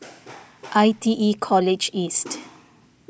I T E College East